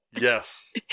Yes